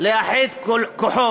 כאן לאחד כוחות,